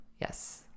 Yes